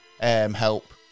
help